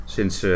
sinds